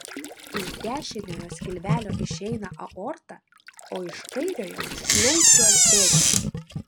iš dešiniojo skilvelio išeina aorta o iš kairiojo plaučių arterija